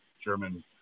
German